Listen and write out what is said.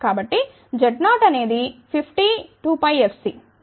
కాబట్టి Z0 అనేది 50 2πfc